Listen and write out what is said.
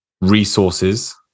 resources